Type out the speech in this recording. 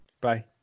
bye